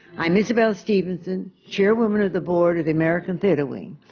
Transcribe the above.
i'm isabelle stevenson, chairwoman of the board of the american theatre wing,